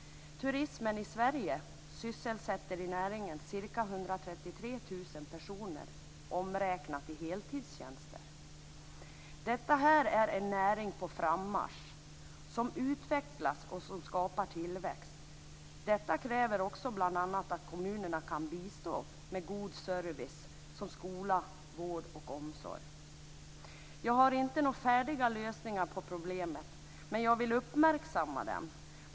Turistnäringen i Sverige sysselsätter ca 133 000 personer omräknat i heltidstjänster. Det är en näring på frammarsch, som utvecklas och skapar tillväxt. Detta kräver bl.a. att kommunerna kan bistå med god service, t.ex. skola, vård och omsorg. Jag har inte några färdiga lösningar på problemet. Men jag vill uppmärksamma det.